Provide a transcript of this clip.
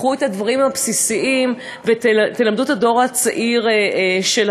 קחו את הדברים הבסיסיים ותלמדו את הדור הצעיר שלכם.